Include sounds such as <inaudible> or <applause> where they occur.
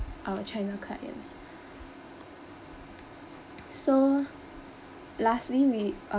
our china clients <noise> so lastly we